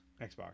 Xbox